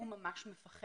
הוא ממש מפחד.